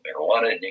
marijuana